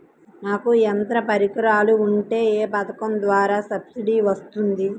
నాకు యంత్ర పరికరాలు ఉంటే ఏ పథకం ద్వారా సబ్సిడీ వస్తుంది?